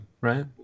right